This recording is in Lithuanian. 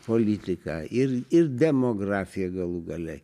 politika ir ir demografija galų gale